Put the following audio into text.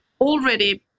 already